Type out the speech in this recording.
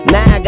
Now